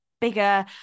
bigger